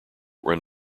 run